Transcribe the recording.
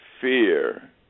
fear